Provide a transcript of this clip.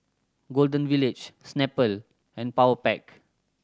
Golden Village Snapple and Powerpac